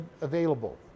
available